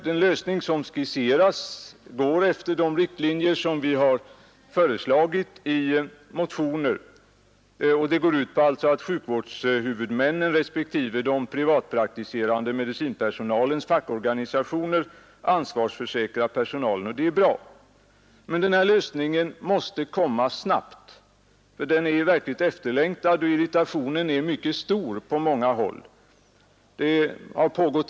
Den lösning som skisseras följer de riktlinjer som vi har föreslagit i motioner och går alltså ut på att sjukvårdshuvudmännen respektive den privatpraktiserande medicinpersonalens fackorganisationer ansvarsförsäkrar personalen, och det är bra. Men denna lösning måste komma snabbt; den är verkligen efterlängtad. Irritationen är på många håll mycket stor.